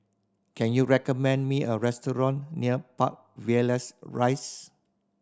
can you recommend me a restaurant near Park Villas Rise